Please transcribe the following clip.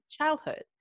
childhood